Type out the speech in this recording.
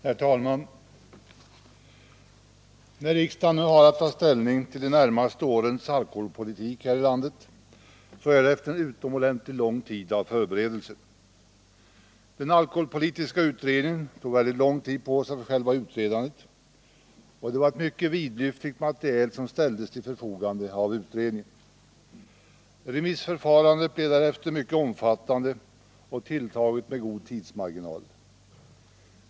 Herr talman! När riksdagen nu har att ta ställning till de närmaste årens alkoholpolitik här i landet är det efter en utomordentligt lång tid av förberedelse. Den alkoholpolitiska utredningen tog väldigt lång tid på sig för själva utredandet, och det var ett mycket vidlyftigt material som ställdes till förfogande av utredningen. Remissförfarandet blev därefter mycket omfattande och tilltaget med god tidsmarginal.